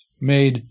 made